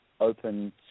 open